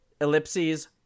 ellipses